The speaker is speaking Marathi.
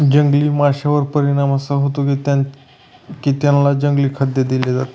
जंगली माशांवर परिणाम असा होतो की त्यांना जंगली खाद्य दिले जाते